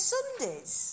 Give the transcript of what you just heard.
Sundays